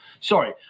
Sorry